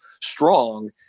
strong